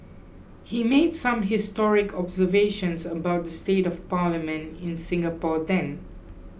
he made some historic observations about the state of Parliament in Singapore then